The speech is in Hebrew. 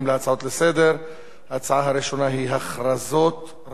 הנושא הראשון הוא: הכרזות ראשי מערכת הביטחון לשעבר,